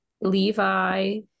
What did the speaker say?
Levi